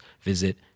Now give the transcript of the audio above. visit